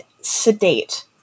sedate